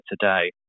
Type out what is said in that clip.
today